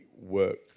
work